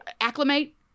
acclimate